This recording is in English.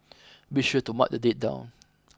be sure to mark the date down